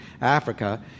Africa